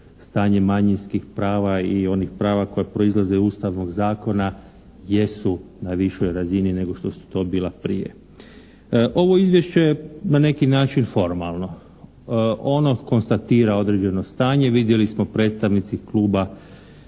stanje manjinskih prava i onih prava koji proizlaze iz Ustavnog zakona jesu na višoj razini nego što su to bila prije. Ovo izvješće je na neki način formalno. Ono konstatira određeno stanje, vidjeli smo predstavnici Kluba